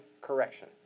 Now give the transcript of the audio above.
correction